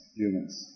humans